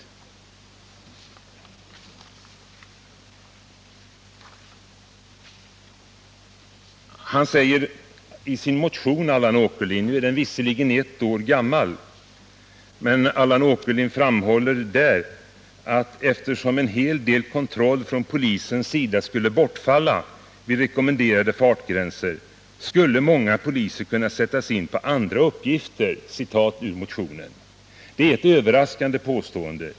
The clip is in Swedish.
Allan Åkerlind skrev i sin motion, som visserligen är ett år gammal, att eftersom vid rekommenderade fartgränser en hel del kontroll från polisens sida skulle bortfalla, skulle många poliser kunna sättas in på andra uppgifter. Det är ett överraskande påstående.